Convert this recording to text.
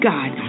God